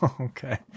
Okay